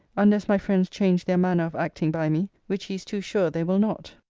unless my friends change their manner of acting by me which he is too sure they will not.